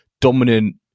dominant